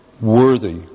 worthy